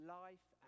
life